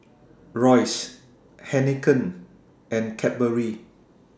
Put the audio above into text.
Royce Heinekein and Cadbury